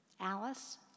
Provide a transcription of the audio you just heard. Alice